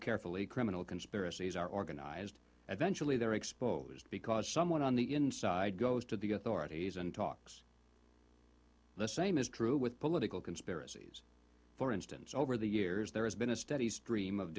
carefully criminal conspiracies are organized eventually they are exposed because someone on the inside goes to the authorities and talks the same is true with political conspiracies for instance over the years there has been a steady stream of